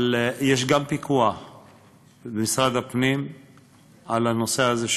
אבל יש גם פיקוח במשרד הפנים על הנושא הזה,